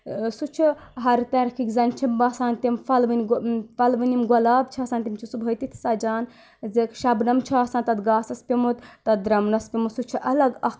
سُہ چھُ ہر ترکھِکۍ زَن چھِم باسان تِم فَلوٕنۍ گوٚو فَلوٕنۍ یِم گۄلاب چھِ آسان تِم چھِ صُبحٲے تِتھ سَجان زِ شَبنَم چھُ آسان تَتھ گاسَس پیٚومُت تَتھ درٛمنَس پیٚمُت سُہ چھُ الگ اَکھ